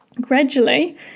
Gradually